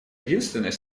единственной